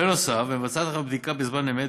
בנוסף מבצעת החברה בדיקה בזמן אמת,